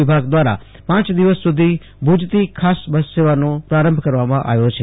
વિભાગ દ્રારા પાંચ દિવસ સુધી ભુજ થી ખાસ બસ સેવાનો પ્રારંભ કરવામાં આવ્યો છે